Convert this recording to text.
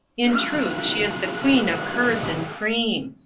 in truth she is the queen of curds and cream.